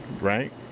right